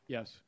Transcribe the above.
Yes